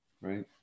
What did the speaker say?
right